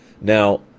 Now